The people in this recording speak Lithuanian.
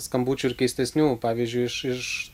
skambučių ir keistesnių pavyzdžiui iš iš